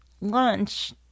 lunch